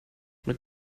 mit